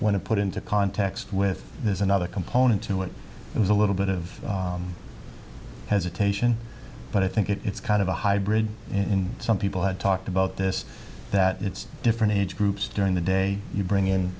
want to put into context with there's another component to it it was a little bit of hesitation but i think it's kind of a hybrid in some people have talked about this that it's different age groups during the day you bring in